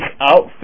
outfit